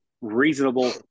reasonable